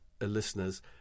listeners